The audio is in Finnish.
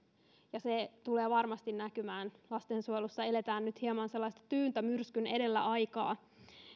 ja se tulee varmasti näkymään lastensuojelussa eletään nyt hieman sellaista tyyntä myrskyn edellä aikaa